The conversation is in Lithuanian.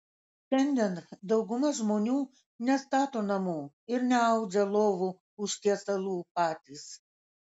šiandien dauguma žmonių nestato namų ir neaudžia lovų užtiesalų patys